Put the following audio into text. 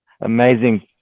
Amazing